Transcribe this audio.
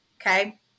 Okay